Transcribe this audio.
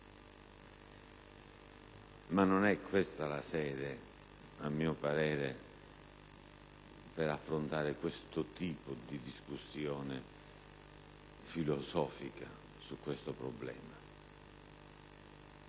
è però questa la sede, a mio parere, per affrontare tale tipo di discussione filosofica sul problema,